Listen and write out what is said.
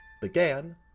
began